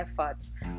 efforts